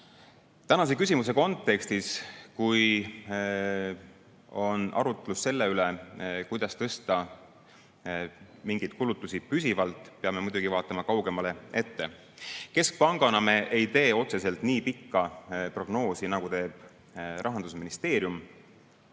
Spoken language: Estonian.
Tänase küsimuse kontekstis, kui on arutlus selle üle, kuidas tõsta mingeid kulutusi püsivalt, peame muidugi vaatama kaugemale ette. Keskpangana me ei tee otseselt nii pikka prognoosi, nagu teeb Rahandusministeerium.